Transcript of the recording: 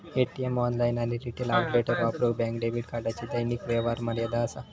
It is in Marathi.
ए.टी.एम, ऑनलाइन आणि रिटेल आउटलेटवर वापरूक बँक डेबिट कार्डची दैनिक व्यवहार मर्यादा असा